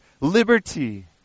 liberty